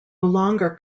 longer